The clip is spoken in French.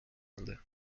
monde